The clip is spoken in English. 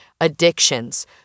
addictions